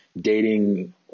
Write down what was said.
dating